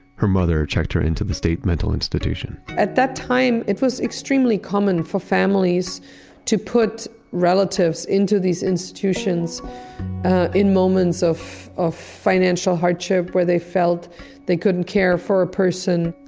her mother checked her into the state mental institution. at that time, it was extremely common for families to put relatives into these institutions in moments of of financial hardship where they felt they couldn't care for a person.